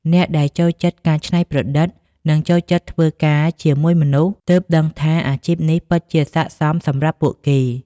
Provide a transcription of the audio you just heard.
អ្នកដែលចូលចិត្តការច្នៃប្រឌិត និងចូលចិត្តធ្វើការជាមួយមនុស្ស ទើបដឹងថាអាជីពនេះពិតជាស័ក្តិសមសម្រាប់ពួកគេ។